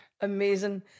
amazing